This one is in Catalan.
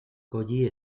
collir